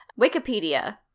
Wikipedia